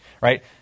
Right